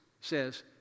says